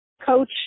Coach